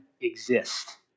exist